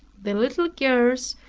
the little girls,